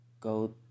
go